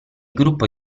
gruppo